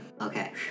Okay